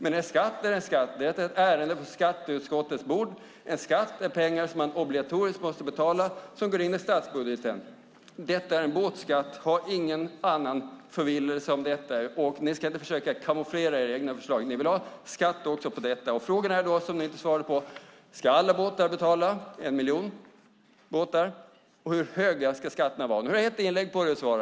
Men en skatt är en skatt. Det är ett ärende på skatteutskottets bord. En skatt är pengar som man obligatoriskt måste betala, som går in i statsbudgeten. Detta är en båtskatt. Ha ingen annan förvillelse om detta. Ni ska inte försöka kamouflera era egna förslag. Ni vill ha skatt också på detta. Frågan är då, som ni inte svarade på: Ska alla båtar omfattas, en miljon båtar, och hur hög ska skatten vara? Nu har du ett inlägg på dig att svara.